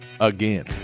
again